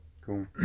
Cool